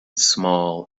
small